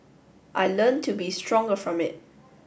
I learnt to be stronger from it